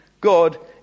God